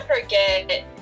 forget